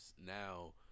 now